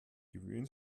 gewöhnen